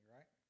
right